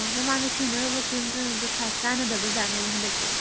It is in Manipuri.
ꯎꯝ ꯃꯃꯥꯡꯗ ꯁꯤꯖꯤꯟꯅꯔꯝꯕ ꯀ꯭ꯔꯤꯝꯗꯨꯅꯁꯨ ꯈꯔ ꯆꯥꯟꯅꯗꯕ ꯖꯥꯠꯅꯦꯕ ꯍꯟꯗꯛꯇꯤ